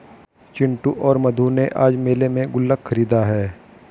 चिंटू और मधु ने आज मेले में गुल्लक खरीदा है